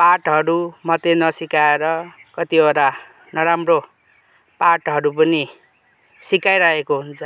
पाठहरू मात्रै नसिकाएर कतिवटा नराम्रो पाठहरू पनि सिकाइरहेको हुन्छ